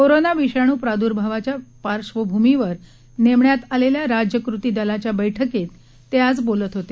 corona विषाणू प्राद्भावाच्या पार्श्वभूमीवर नेमण्यात आलेल्या राज्य कृती दलाच्या बैठकीत ते आज बोलत होते